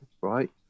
right